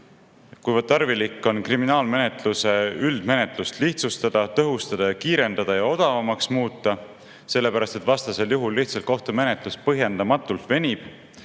kui tarvilik on kriminaalmenetluse üldmenetlust lihtsustada, tõhustada ja kiirendada ja odavamaks muuta, sest vastasel juhul lihtsalt kohtumenetlus põhjendamatult venib